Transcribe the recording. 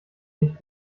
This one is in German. nicht